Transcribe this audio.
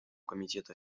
комитета